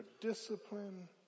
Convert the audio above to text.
discipline